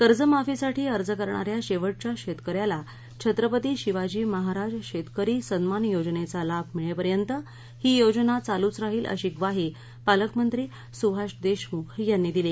कर्जमाफीसाठी अर्ज करणाऱ्या शेवटच्या शेतकऱ्याला छत्रपती शिवाजी महाराज शेतकरी सन्मान योजनेचा लाभ मिळेपर्यंत ही योजना चालूच राहील अशी ग्वाही पालकमंत्री सुभाष देशमुख यांनी दिली